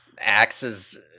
Axe's